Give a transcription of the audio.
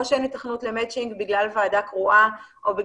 או שאין היתכנות למצ'ינג בגלל ועדה קרואה,